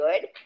good